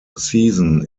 season